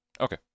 Okay